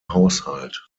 haushalt